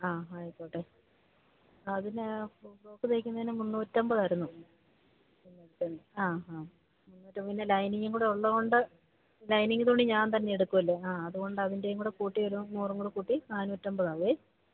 ആ ആയിക്കോട്ടെ അതിന് ടോപ്പ് തയ്ക്കുന്നതിന് മുന്നൂറ്റിയമ്പതായിരുന്നു ആ ഹാ മുന്നൂറ്റിയമ്പത് പിന്നെ ലൈനിംഗും കൂടെയുള്ളതുകൊണ്ട് ലൈനിങ് തുണി ഞാൻ തന്നെ എടുക്കുമല്ലോ ആ അതുകൊണ്ട് അതിൻറ്റെയും കൂടെ കൂട്ടി ഒരു നൂറും കൂടെ കൂട്ടി നാന്നൂറ്റിയമ്പതാകും